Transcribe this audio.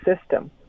system